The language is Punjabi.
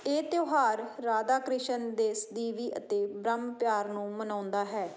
ਇਹ ਤਿਉਹਾਰ ਰਾਧਾ ਕ੍ਰਿਸ਼ਨ ਦੇ ਸਦੀਵੀ ਅਤੇ ਬ੍ਰਹਮ ਪਿਆਰ ਨੂੰ ਮਨਾਉਂਦਾ ਹੈ